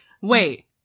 wait